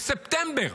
בספטמבר.